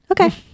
Okay